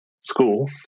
school